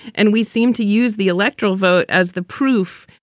and we seem to use the electoral vote as the proof.